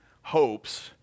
hopes